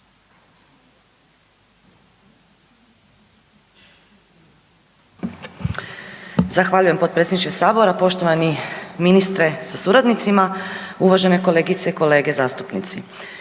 Zahvaljujem potpredsjedniče sabora, poštovani ministre sa suradnicima, uvažene kolegice i kolege zastupnici.